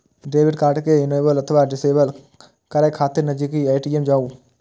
debit card कें enable अथवा disable करै खातिर नजदीकी ए.टी.एम जाउ